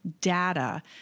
data